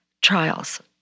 trials